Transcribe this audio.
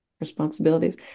responsibilities